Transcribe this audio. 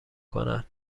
کنن